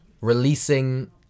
releasing